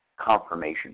confirmation